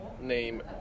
name